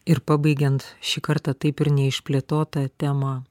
ir pabaigiant šį kartą taip ir neišplėtotą temą